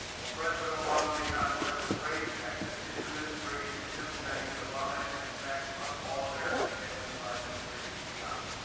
while president obama may not directly raise taxes, his administration is implementing the obama energy tax on all american families by administrative fiat.